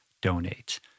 donate